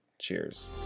Cheers